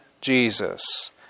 Jesus